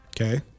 Okay